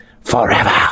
forever